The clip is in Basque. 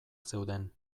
zeuden